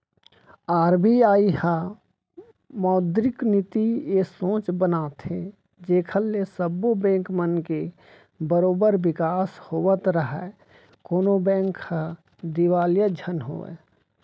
RBI ह मौद्रिक नीति ए सोच बनाथे जेखर ले सब्बो बेंक मन के बरोबर बिकास होवत राहय कोनो बेंक ह दिवालिया झन होवय